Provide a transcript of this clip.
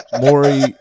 Maury